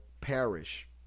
perish